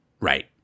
Right